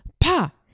pa